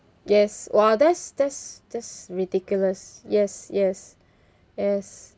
yes !wah! that's that's that's ridiculous yes yes yes